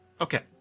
Okay